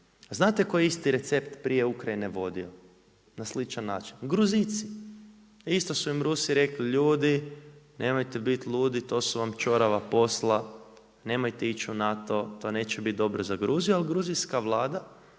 Znate koji je isti recept prije Ukrajine vodio na sličan način? Gruzijci, isto su im Rusi rekli ljudi nemojte biti ludi to su vam ćorava posla, nemojte ići u NATO to neće biti dobro za Gruziju, ali gruzijska vlada